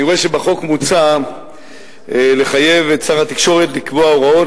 אני רואה שבחוק מוצע לחייב את שר התקשורת לקבוע הוראות